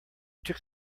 took